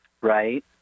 Right